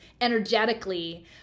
energetically